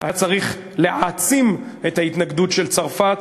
היה צריך להעצים את ההתנגדות של צרפת.